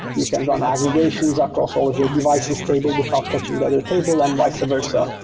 you can run aggregations across all of your devices table without touching other table and vice versa,